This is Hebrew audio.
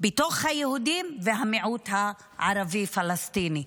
המיעוט בתוך היהודים והמיעוט הערבי פלסטיני.